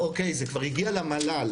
אוקיי, זה כבר הגיע למל"ל.